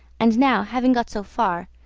and now having got so far,